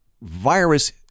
virus